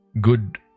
good